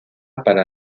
para